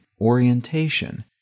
orientation